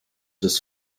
des